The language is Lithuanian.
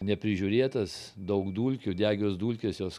neprižiūrėtas daug dulkių degios dulkės jos